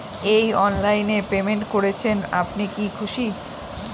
এই অনলাইন এ পেমেন্ট করছেন আপনি কি খুশি?